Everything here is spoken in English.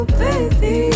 baby